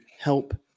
help